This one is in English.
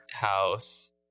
House